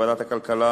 ועדת הכלכלה,